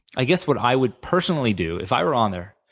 i guess what i would personally do, if i were on there,